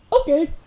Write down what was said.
okay